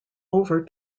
over